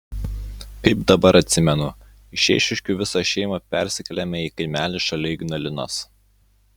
kaip dabar atsimenu iš eišiškių visa šeima persikėlėme į kaimelį šalia ignalinos